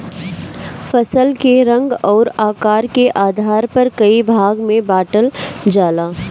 फसल के रंग अउर आकार के आधार पर कई भाग में बांटल जाला